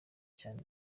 cyane